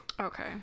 Okay